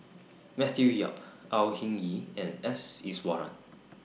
Matthew Yap Au Hing Yee and S Iswaran